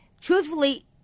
truthfully